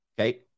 Okay